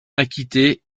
acquitté